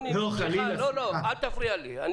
יש